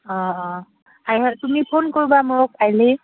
অঁ অঁ তুমি ফোন কৰবা মোক আহিলে